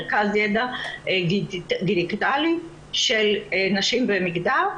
מרכז ידע דיגיטלי של נשים ומגדר,